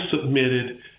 submitted